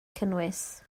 cynnwys